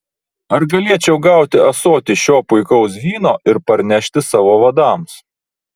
ar galėčiau gauti ąsotį šio puikaus vyno ir parnešti savo vadams